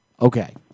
Okay